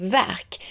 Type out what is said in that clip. verk